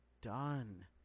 done